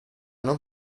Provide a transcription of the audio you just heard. non